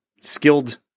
skilled